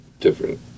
different